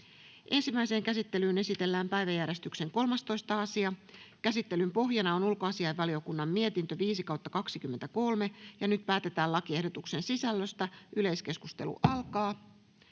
Ensimmäiseen käsittelyyn esitellään päiväjärjestyksen 8. asia. Käsittelyn pohjana on hallintovaliokunnan mietintö HaVM 5/2023 vp. Nyt päätetään lakiehdotusten sisällöstä. — Keskustelu alkaa.